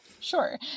Sure